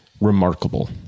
remarkable